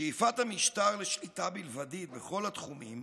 שאיפת המשטר לשליטה בלבדית בכל התחומים